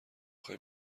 خوای